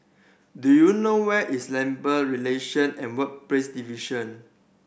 do you know where is Labour Relation and Workplace Division